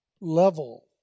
level